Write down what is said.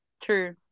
True